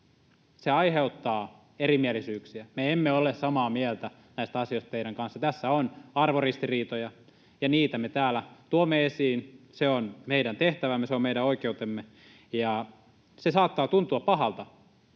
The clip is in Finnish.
se aiheuttaa erimielisyyksiä. Me emme ole samaa mieltä näistä asioista teidän kanssanne. Tässä on arvoristiriitoja, ja niitä me täällä tuomme esiin. Se on meidän tehtävämme, se on meidän oikeutemme. Se saattaa tuntua pahalta,